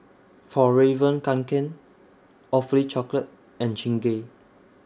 Fjallraven Kanken Awfully Chocolate and Chingay